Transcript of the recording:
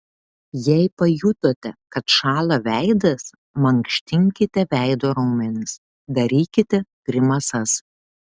jei pajutote kad šąla veidas mankštinkite veido raumenis darykite grimasas